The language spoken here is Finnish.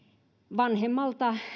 vanhemmalta